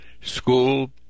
school